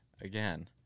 again